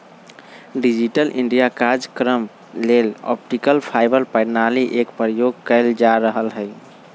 digital India काजक्रम लेल optical fibre प्रणाली एक प्रयोग कएल जा रहल हइ